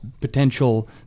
potential